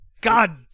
god